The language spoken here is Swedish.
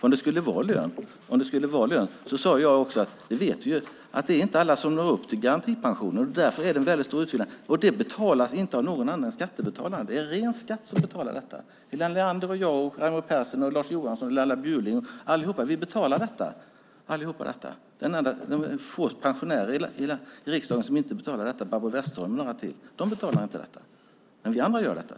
Om det skulle vara fråga om lön vet vi, som jag sade, att alla inte når upp till garantipensionen, och därför ges en stor utfyllnad. Den betalas inte av några andra än skattebetalarna. Det är ren skatt som bekostar detta. Helena Leander, jag, Raimo Pärssinen, Lars Johansson, Laila Bjurling och alla andra betalar till det. Det är endast de få pensionärerna i riksdagen och annorstädes som inte betalar, Barbro Westerholm och några till. De betalar inte till detta, men det gör vi andra.